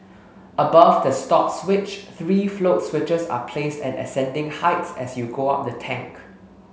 above the stop switch three float switches are placed at ascending heights as you go up the tank